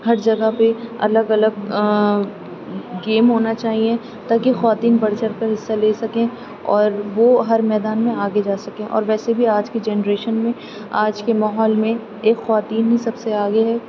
ہر جگہ پہ الگ الگ گیم ہونا چاہیے تاکہ خواتین بڑھ چڑھ کر حصہ لے سکیں اور وہ ہر میدان میں آگے جا سکیں اور ویسے بھی آج کی جنریشن میں آج کے ماحول میں ایک خواتین ہی سب سے آگے ہے